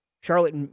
Charlotte